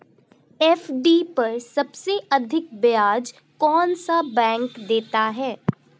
FD पर सबसे अधिक ब्याज कौन सा बैंक देता है?